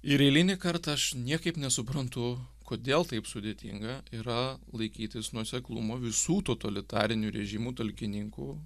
ir eilinį kartą aš niekaip nesuprantu kodėl taip sudėtinga yra laikytis nuoseklumo visų totalitarinių režimų talkininkų